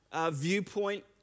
viewpoint